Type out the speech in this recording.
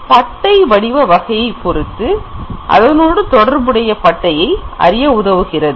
பட்டை வடிவ வகையை பொறுத்து தொடர்புடைய பட்டையை அறிய உதவுகிறது